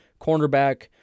cornerback